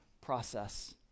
process